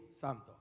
Santo